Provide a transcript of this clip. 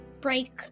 break